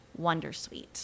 wondersuite